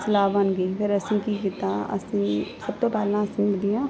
ਸਲਾਹ ਬਣ ਗਈ ਫਿਰ ਅਸੀਂ ਕੀ ਕੀਤਾ ਅਸੀਂ ਸਭ ਤੋਂ ਪਹਿਲਾਂ ਅਸੀਂ ਇਹਦੀਆਂ